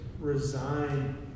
resign